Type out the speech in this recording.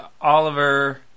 Oliver